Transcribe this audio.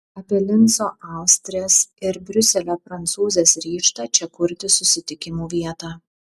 apie linco austrės ir briuselio prancūzės ryžtą čia kurti susitikimų vietą